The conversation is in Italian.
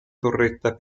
torretta